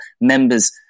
members